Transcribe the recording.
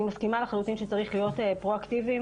אני מסכימה לחלוטין שצריך להיות פרו-אקטיביים,